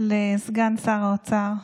לסגן שר האוצר.